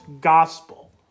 gospel